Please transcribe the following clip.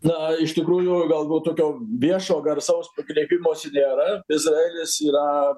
na iš tikrųjų galbūt tokio viešo garsaus pakreipimosi nėra izraelis yra